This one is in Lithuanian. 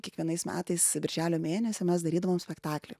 kiekvienais metais birželio mėnesį mes darydavom spektaklį